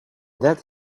that